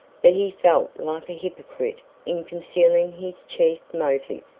but he felt like a hypocrite in concealing his chief motive.